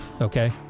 Okay